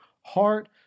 heart